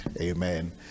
amen